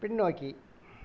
பின்னோக்கி